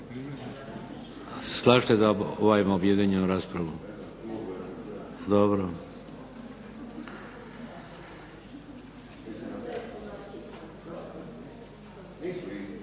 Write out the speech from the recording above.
slažete da objedinimo raspravu? Dobro.